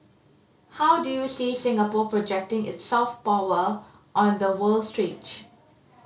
how do you see Singapore projecting its soft power on the world stage